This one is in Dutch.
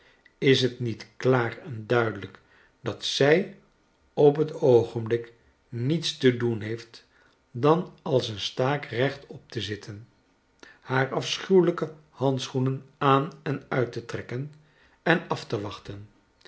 is het niet klaar en duidelijk dat zij op het oogenblik niets te doen heeft dan als een staak rechtop te zitten tiaar afschuwelijke handschoenen aan en uit te trekken en af te wachten